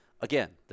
Again